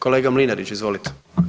Kolega Mlinarić, izvolite.